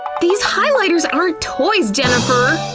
these highlighters aren't toys, jennifer!